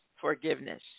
forgiveness